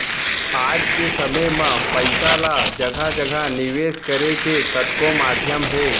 आज के समे म पइसा ल जघा जघा निवेस करे के कतको माध्यम हे